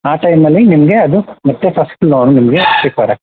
ಆ ಟೈಮಲ್ಲಿ ನಿಮಗೆ ಅದು ಮತ್ತೆ ಫಸ್ಟ್ ಲೋನು ನಿಮಗೆ ಸಿಕ್ತದೆ